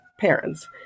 parents